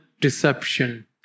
deception